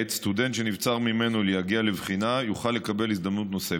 כעת סטודנט שנבצר ממנו להגיע לבחינה יוכל לקבל הזדמנות נוספת.